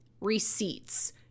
receipts